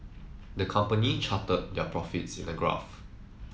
the company charted their profits in a graph